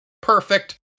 perfect